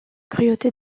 cruauté